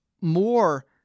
More